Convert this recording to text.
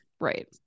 Right